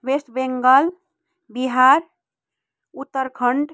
West Bengal Bihar Uttarakhand